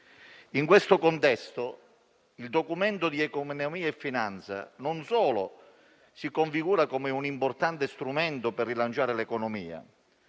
In questo contesto, il Documento di economia e finanza non solo si configura come un importante strumento per rilanciare l'economia,